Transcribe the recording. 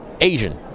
Asian